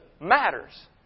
matters